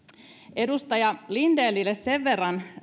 edustaja lindenille sen verran